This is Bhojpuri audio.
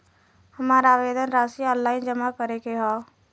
हमार आवेदन राशि ऑनलाइन जमा करे के हौ?